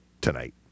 tonight